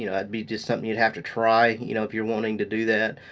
you know that'd be just something you'd have to try, you know if you're wanting to do that.